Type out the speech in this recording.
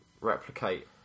replicate